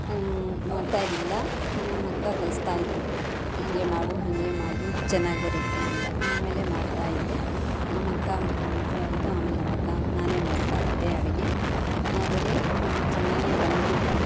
ಬತ್ತಾಯಿರ್ಲಿಲ್ಲ ನಮ್ಮಕ್ಕ ಕಲ್ಸ್ತಾಯಿದ್ರು ಹೀಗೆ ಮಾಡು ಹಾಗೆ ಮಾಡು ಚೆನ್ನಾಗಿ ಬರುತ್ತೆ ಅಂತ ಆಮೇಲೆ ಮಾಡ್ತಾಯಿದ್ದೆ ನಮ್ಮಕ್ಕ ಮದುವೆಯಾಯಿತು ಆಮೇಲೆ ನಮ್ಮಕ್ಕ ನಾನೇ ಮಾಡ್ತಾಯಿದ್ದೆ ಅಡುಗೆ ಆದರೆ ಚೆನ್ನಾಗೇ ಬಂತು